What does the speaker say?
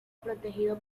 protegido